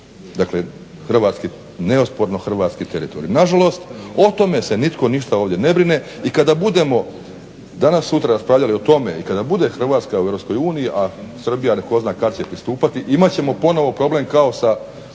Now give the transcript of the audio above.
Dakle, neosporno hrvatski teritorij. Na žalost, o tome se nitko ništa ovdje ne brine. I kada budemo danas sutra raspravljali o tome i kada bude Hrvatska u EU, a Srbija tko zna kad će pristupati imat ćemo ponovo problem kao što